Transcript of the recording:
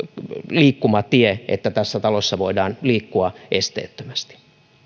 liikkumatie että tässä talossa voidaan liikkua esteettömästi